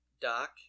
Doc